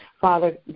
Father